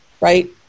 Right